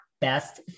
Best